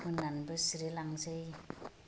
मोननानैबो सिरिलांसै